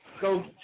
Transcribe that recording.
go